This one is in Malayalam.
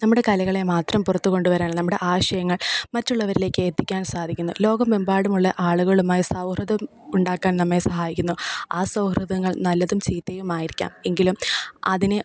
നമ്മുടെ കലകളെ മാത്രം പുറത്തു കൊണ്ടു വരാനല്ല നമ്മുടെ ആശയങ്ങൾ മറ്റുള്ളവരിലേക്ക് എത്തിക്കാൻ സാധിക്കുന്നു ലോക മെമ്പാടുമുള്ള ആളുകളുമായി സൗഹൃദം ഉണ്ടാക്കാൻ നമ്മെ സഹായിക്കുന്നു ആ സൗഹൃദങ്ങൾ നല്ലതും ചീത്തയുമായിരിക്കാം എങ്കിലും അതിനെ